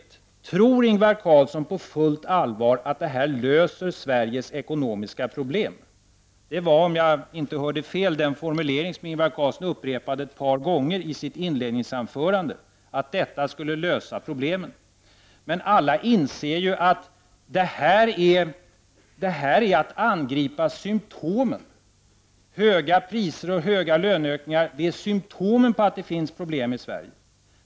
Tror Ingvar Carlsson på fullt allvar att det här löser Sveriges ekonomiska problem? Det var, om jag inte hörde fel, den formulering som Ingvar Carlsson upprepade ett par gånger i sitt inledningsanförande, att detta skall lösa problemen. Alla inser dock att detta är att angripa symtomen. Höga priser och hög löneökning är symtom på att det finns problem i Sverige.